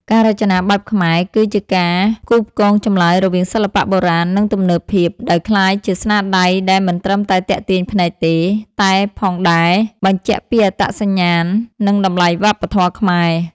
ការរចនាបែបខ្មែរ គឺជាការផ្គូផ្គងចម្លើយរវាងសិល្បៈបុរាណ និងទំនើបភាព ដោយក្លាយជាស្នាដៃដែលមិនត្រឹមតែទាក់ទាញភ្នែកទេ តែផងដែរ បញ្ជាក់ពីអត្តសញ្ញាណ និងតម្លៃវប្បធម៌ខ្មែរ។